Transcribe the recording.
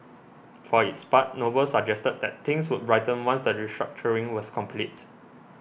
for its part Noble suggested that things would brighten once the restructuring was complete